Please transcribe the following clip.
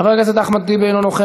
חבר הכנסת אחמד טיבי, אינו נוכח.